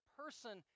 person